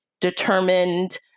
determined